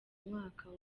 mwaka